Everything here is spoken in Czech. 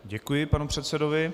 Děkuji panu předsedovi.